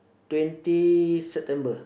twenty September